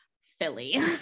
Philly